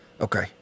Okay